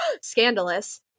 Scandalous